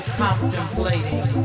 contemplating